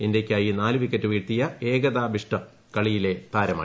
ഇന്ത്യക്കായി നാല് വിക്കറ്റ് വീഴ്ത്തിയ എകതാ ബിഷ്ട് കളിയിലെ താരമായി